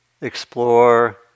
explore